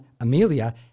Amelia